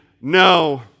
No